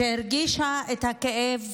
שהרגישה את הכאב